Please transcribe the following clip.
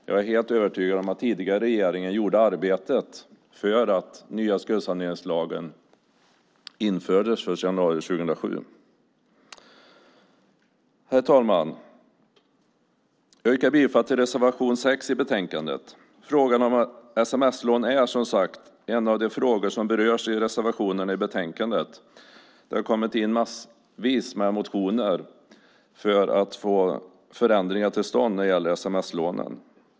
Jag är helt övertygad om att den tidigare regeringen gjorde arbetet för att den nya skuldsaneringslagen infördes den 1 januari 2007. Herr talman! Jag yrkar bifall till reservation 6 i betänkandet. Frågan om sms-lån är, som sagt, en av de frågor som berörs i reservationerna i betänkandet. Det har kommit in massvis med motioner för att få förändringar till stånd när det gäller sms-lånen.